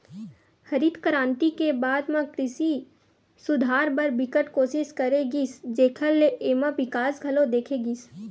हरित करांति के बाद म कृषि सुधार बर बिकट कोसिस करे गिस जेखर ले एमा बिकास घलो देखे गिस